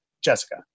Jessica